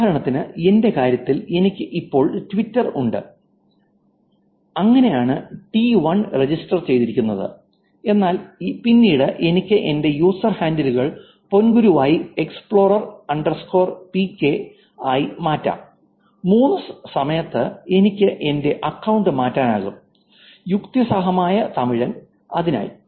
ഉദാഹരണത്തിന് എന്റെ കാര്യത്തിൽ എനിക്ക് ഇപ്പോൾ ട്വിറ്റർ ഉണ്ട് അങ്ങനെയാണ് ടി 1 രജിസ്റ്റർ ചെയ്തിരിക്കുന്നത് എന്നാൽ പിന്നീട് എനിക്ക് എന്റെ യൂസർ ഹാൻഡിലുകൾ പൊൻങ്കുരു ആയി explorer underscore PK explorer PK ആയി മാറ്റാം മൂന്ന് സമയത്ത് എനിക്ക് എന്റെ അക്കൌണ്ട് മാറ്റാനാകും യുക്തിസഹമായ തമിഴൻ അതിനായി